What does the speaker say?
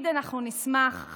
אנחנו נשמח תמיד,